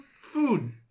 food